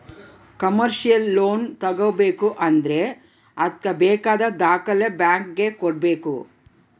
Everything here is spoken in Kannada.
ಕಮರ್ಶಿಯಲ್ ಲೋನ್ ತಗೋಬೇಕು ಅಂದ್ರೆ ಅದ್ಕೆ ಬೇಕಾದ ದಾಖಲೆ ಬ್ಯಾಂಕ್ ಗೆ ಕೊಡ್ಬೇಕು